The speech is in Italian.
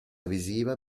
visiva